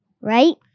Right